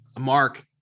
Mark